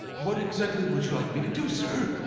what exactly would you like me to do, sir?